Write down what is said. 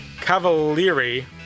Cavalieri